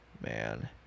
Man